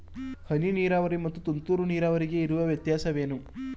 ಹನಿ ನೀರಾವರಿ ಮತ್ತು ತುಂತುರು ನೀರಾವರಿಗೆ ಇರುವ ವ್ಯತ್ಯಾಸವೇನು?